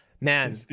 man